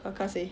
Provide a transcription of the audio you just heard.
kelakar seh